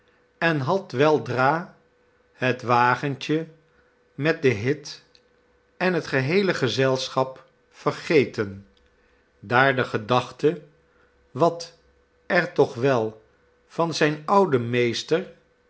en had weldra het wagentje met den hit en het geheele gezelschap vergeten daar de gedachte wat er toch wel van zijn ouden meester